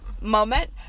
moment